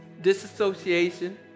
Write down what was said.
disassociation